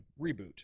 reboot